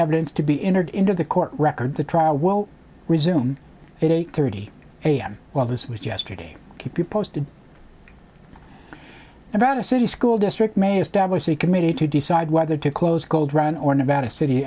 evidence to be entered into the court record the trial will resume at eight thirty a m well this was yesterday keep you posted about a city school district may establish he committed to decide whether to close cold run or nevada city